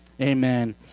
Amen